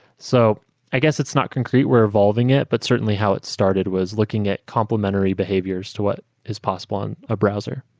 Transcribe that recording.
so i guess it's not concrete we're evolving it, but certainly how it started was looking at complementary behaviors to what is possible on a browser.